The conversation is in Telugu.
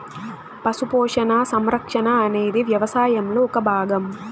పశు పోషణ, సంరక్షణ అనేది వ్యవసాయంలో ఒక భాగం